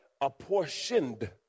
Apportioned